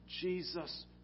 Jesus